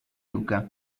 luca